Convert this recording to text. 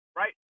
right